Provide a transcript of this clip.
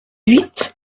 huit